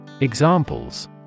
Examples